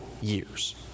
years